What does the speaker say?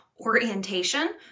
orientation